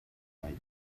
danny